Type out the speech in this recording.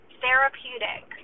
therapeutic